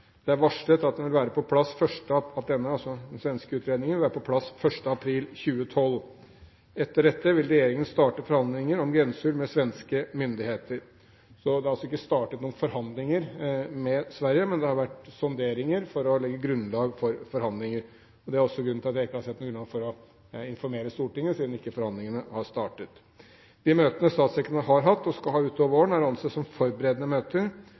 Det er varslet at den vil være på plass 1. april 2012. Etter dette vil regjeringen starte forhandlingene om grenseulv med svenske myndigheter. Det er altså ikke startet noen forhandlinger med Sverige, men det har vært sonderinger for å legge grunnlag for forhandlinger. Det er også derfor jeg ikke har sett noen grunn til å informere Stortinget, siden forhandlingene ikke har startet. De møtene statssekretærene har hatt, og skal ha utover våren, er å anse som forberedende møter.